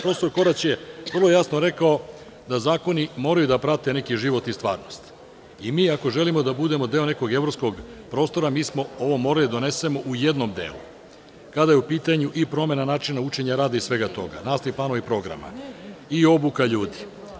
Profesor Korać je vrlo jasno rekao da zakoni moraju da prate neki život i stvarnost i mi ako želimo da budemo deo nekog evropskog prostora, mi smo ovo morali da donesemo u jednom delu kada je u pitanju promena načina učenja, rada i svega toga, nastavnog plana i programa i obuka ljudi.